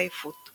עייפות,